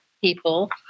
people